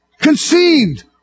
conceived